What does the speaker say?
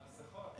מסכות.